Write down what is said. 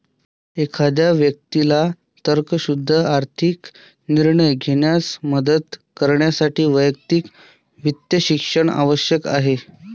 एखाद्या व्यक्तीला तर्कशुद्ध आर्थिक निर्णय घेण्यास मदत करण्यासाठी वैयक्तिक वित्त शिक्षण आवश्यक आहे